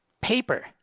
Paper